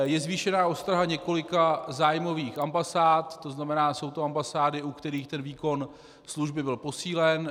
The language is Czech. Je zvýšená ostraha několika zájmových ambasád, to znamená jsou to ambasády, u kterých výkon služby byl posílen.